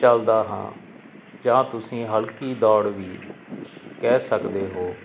ਚੱਲਦਾ ਹਾਂ ਜਾਂ ਤੁਸੀਂ ਹਲਕੀ ਦੌੜ ਵੀ ਕਹਿ ਸਕਦੇ ਹੋ